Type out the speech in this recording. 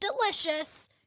delicious